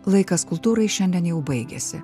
laikas kultūrai šiandien jau baigėsi